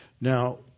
Now